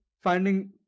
finding